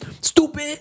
Stupid